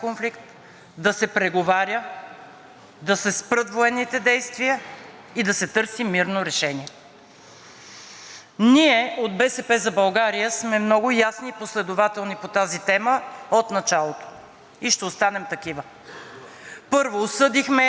Ние от „БСП за България“ сме много ясни и последователни по тази тема от началото и ще останем такива. Първо, осъдихме агресията на Русия в Украйна и я нарекохме война, а не военна операция.